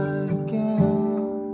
again